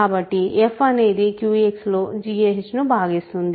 కాబట్టి f అనేది QX లో gh ను భాగిస్తుంది